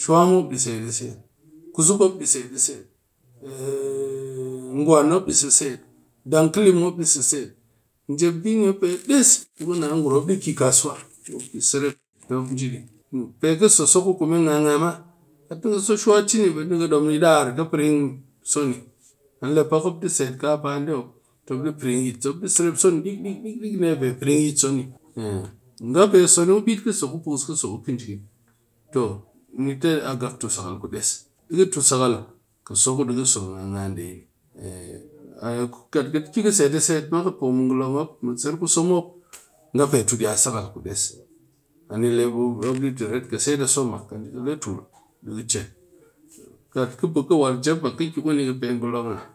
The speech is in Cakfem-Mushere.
shwa mop di set a set kuzuk mop di set a set, gwan mop di set a set, dankale mop di set a set njep bi ni pe des ku ka naa ngurum ni mop di set a set ngurum mop di ki kasuwa be mop ki serep pe ti mop nji di pe ka soso ku kume ngaa-ngaa maa kat ni ka so swa chini be ni ki dom dar ka prin yit so ni ani le pak mop ɗi set kapa nde mop mop serep dek-dek nga pe so kubit ka so ku puus ku kɨjikin a pe prin so kat ka ti ki ki a pe mɨ ngolon mop.